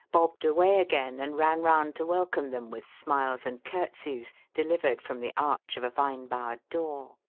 bobbed away again and ran round to welcome them with smiles and curtseys delivered from the arch of a vine-bowered door.